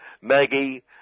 Maggie